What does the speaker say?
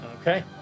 Okay